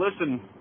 listen